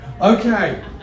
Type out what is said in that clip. Okay